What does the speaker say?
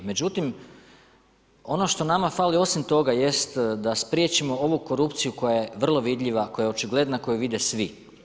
Međutim, ono što nama fali osim toga jest da spriječimo ovu korupciju koja je vrlo vidljiva, koja je očigledna, koju vide svi.